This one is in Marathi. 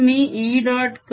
म्हणून मी E